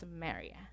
Samaria